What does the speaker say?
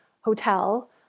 hotel